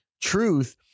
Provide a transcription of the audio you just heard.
truth